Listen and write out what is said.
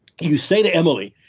you say to emily,